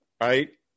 right